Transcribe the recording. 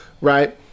Right